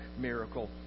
miracle